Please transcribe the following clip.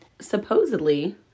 supposedly